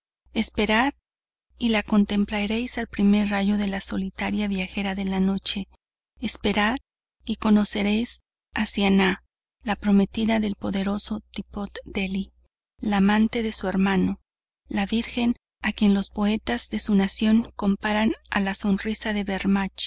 esperad y la contemplareis al primer rayo de la solitaria viajera de la noche esperad y conoceréis a siannah la prometida del poderoso tippot dheli la amante de su hermano la virgen a quien los poetas de su nación comparan a la sonrisa de bermach